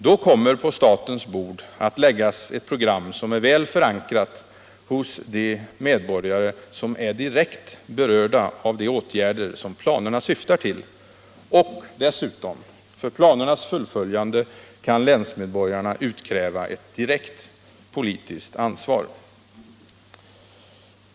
Då kommer på statens bord att läggas ett program som är väl förankrat hos de medborgare som är direkt berörda av de åtgärder som planerna syftar till. Dessutom: För planernas fullföljande kan länsmedborgarna utkräva ett direkt politiskt ansvar.